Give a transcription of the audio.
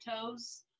toes